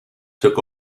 took